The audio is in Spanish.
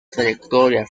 trayectoria